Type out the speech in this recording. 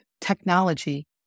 technology